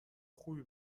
خوبی